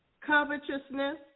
covetousness